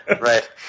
right